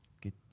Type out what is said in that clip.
get